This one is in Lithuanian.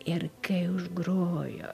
ir kai užgrojo